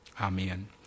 amen